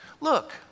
Look